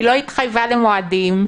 היא לא התחייבה למועדים,